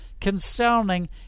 concerning